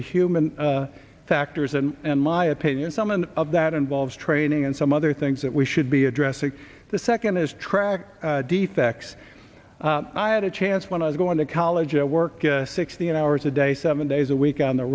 the human factors and my opinion some end of that involves training and some other things that we should be addressing the second is track defects i had a chance when i was going to college i work sixteen hours a day seven days a week on the